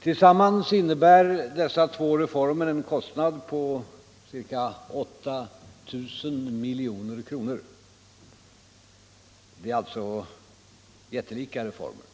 Tillsammans innebär dessa två reformer en kostnad på ca 8 000 miljoner kronor; det är alltså jättelika reformer.